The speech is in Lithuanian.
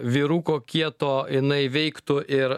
vyruko kieto jinai veiktų ir